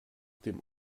dem